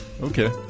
Okay